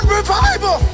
revival